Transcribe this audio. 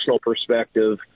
perspective